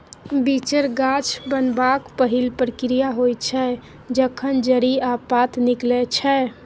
बीचर गाछ बनबाक पहिल प्रक्रिया होइ छै जखन जड़ि आ पात निकलै छै